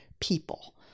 people